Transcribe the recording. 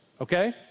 okay